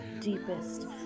deepest